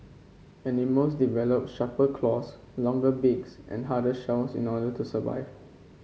animals develop sharper claws longer beaks and harder shells in order to survive